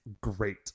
great